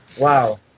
Wow